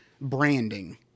branding